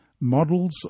Models